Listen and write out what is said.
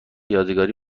یادگاری